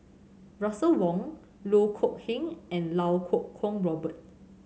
Russel Wong Loh Kok Heng and Iau Kuo Kwong Robert